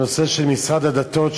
הנושא של משרד הדתות,